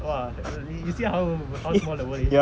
!wah! you see how how small the world is